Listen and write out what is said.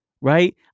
Right